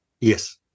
Yes